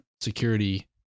security